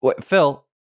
Phil